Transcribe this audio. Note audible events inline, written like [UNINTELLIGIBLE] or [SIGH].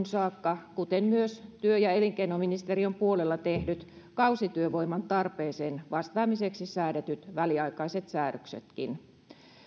[UNINTELLIGIBLE] saakka kuten myös työ ja elinkeinoministeriön puolella tehdyt kausityövoiman tarpeeseen vastaamiseksi säädetyt väliaikaiset säädöksetkin